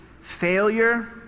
Failure